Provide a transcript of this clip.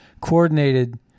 coordinated